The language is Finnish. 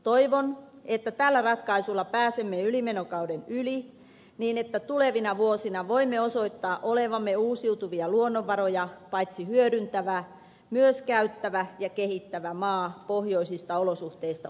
toivon että tällä ratkaisulla pääsemme ylimenokauden yli niin että tulevina vuosina voimme osoittaa olevamme uusiutuvia luonnonvaroja paitsi hyödyntävä myös käyttävä ja kehittävä maa pohjoisista olosuhteista huolimatta